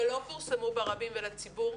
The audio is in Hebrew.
שלא פורסמו ברבים ולציבור,